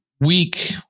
week